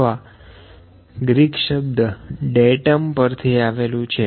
તો આ ગ્રીક શબ્દ ડેતમ પરથી આવેલું છે